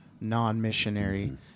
non-missionary